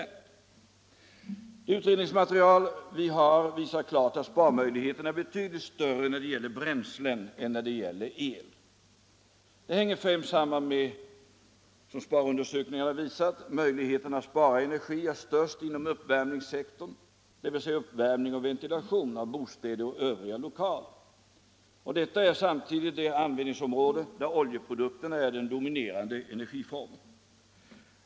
Det utredningsmaterial vi har visar klart att sparmöjligheterna är betydligt större när det gäller bränsle än när det gäller el. Detta hänger främst samman med —- som energisparundersökningen visar — att möjligheterna att spara energi är störst inom uppvärmningssektorn, dvs. när det gäller uppvärmning och ventilation av bostäder och övriga lokaler. Samtidigt är detta ett användningsområde där oljeprodukterna är den dominerande energiformen.